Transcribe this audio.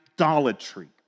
idolatry